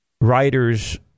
writers